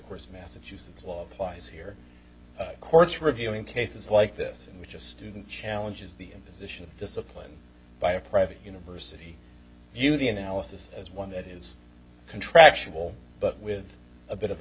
course massachusetts law applies here courts reviewing cases like this in which a student challenges the imposition of discipline by a private university you the analysis as one that is contractual but with a bit of a